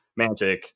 Mantic